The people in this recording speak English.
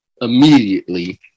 immediately